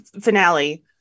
finale